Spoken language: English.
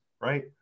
right